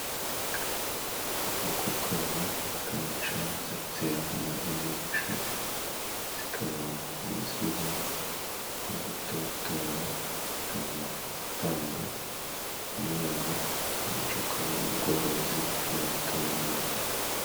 Inkokokazi akenshi zitera amagi menshi, zikaba zizwiho mu gutotora, zikaba zitanga n'inyama, akenshi akaba ubworozi bw'amatungo magufi.